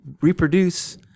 reproduce